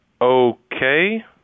Okay